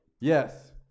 Yes